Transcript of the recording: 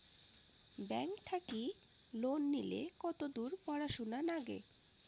Bank থাকি loan নিলে কতদূর পড়াশুনা নাগে?